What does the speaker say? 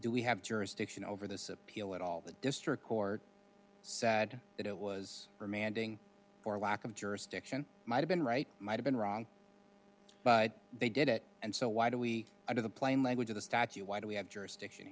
do we have jurisdiction over this appeal at all the district court sad that it was remanding or lack of jurisdiction might have been right might have been wrong but they did it and so why do we under the plain language of the statute why do we have jurisdiction